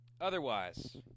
Otherwise